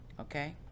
Okay